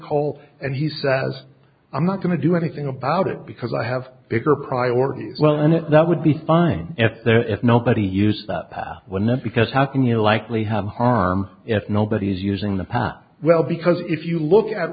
sinkhole and he says i'm not going to do anything about it because i have bigger priorities well in it that would be fine if there is nobody use that we're not because how can you likely have harm if nobody's using the power well because if you look at